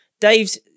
Dave's